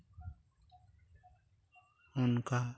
ᱚᱱᱠᱟ